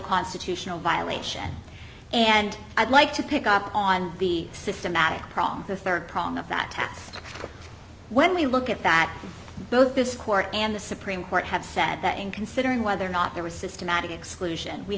constitutional violation and i'd like to pick up on the systematic problem the third prong of that tats when we look at that both this court and the supreme court have said that in considering whether or not there was systematic exclusion we